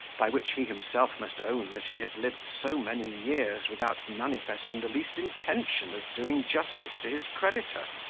by which he himself must own that he had lived so many years without manifesting the least intention of doing justice to his creditor.